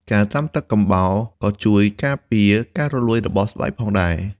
ការត្រាំក្នុងទឹកកំបោរក៏ជួយការពារការរលួយរបស់ស្បែកផងដែរ។